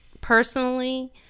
personally